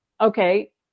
okay